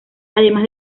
además